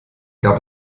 gab